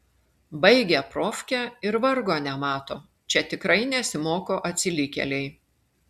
baigia profkę ir vargo nemato čia tikrai nesimoko atsilikėliai